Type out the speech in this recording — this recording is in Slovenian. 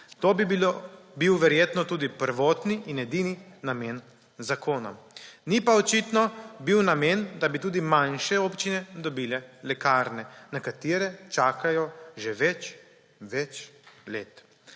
To bi bil verjetno tudi prvotni in edini namen zakona. Ni pa očitno bil namen, da bi tudi manjše občine dobile lekarne, na katere čakajo že več let.